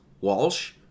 Walsh